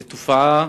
זאת תופעה